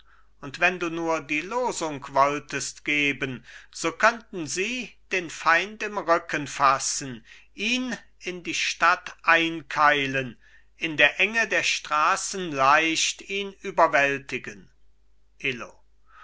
und wenn du nur die losung wolltest geben so könnten sie den feind im rücken fassen ihn in die stadt einkeilen in der enge der straßen leicht ihn überwältigen illo